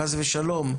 חס ושלום,